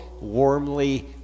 warmly